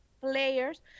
players